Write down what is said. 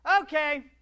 okay